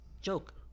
joke